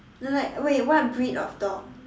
like wait what breed of dog